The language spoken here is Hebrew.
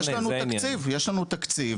יש לנו תקציב, יש לנו תקציב.